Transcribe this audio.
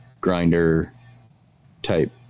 grinder-type